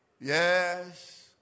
Yes